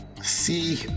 see